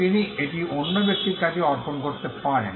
তিনি এটি অন্য ব্যক্তির কাছে অর্পণ করতে পারেন